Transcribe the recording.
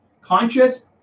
Conscious